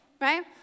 right